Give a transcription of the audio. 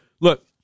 Look